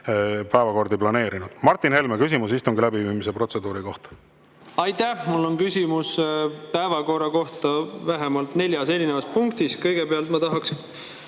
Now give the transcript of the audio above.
päevakordi planeerinud. Martin Helme, küsimus istungi läbiviimise protseduuri kohta. Aitäh! Mul on küsimus päevakorra kohta vähemalt [kolmes] erinevas punktis. Kõigepealt ma tahaksin